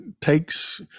takes